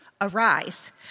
Arise